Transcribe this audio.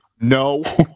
no